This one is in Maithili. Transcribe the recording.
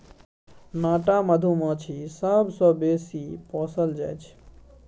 नाटा मधुमाछी सबसँ बेसी पोसल जाइ छै